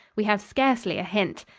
we have scarcely a hint.